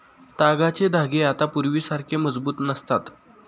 तागाचे धागे आता पूर्वीसारखे मजबूत नसतात